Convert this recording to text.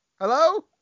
hello